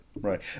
right